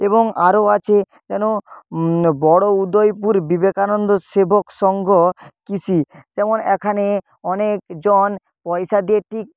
এবং আরও আছে যেন বড়ো উদয়পুর বিবেকানন্দ সেবক সঙ্ঘ কৃষি যেমন এখানে অনেকজন পয়সা দিয়ে ঠিক